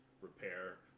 repair